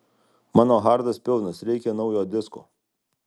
mano hardas pilnas reikia naujo disko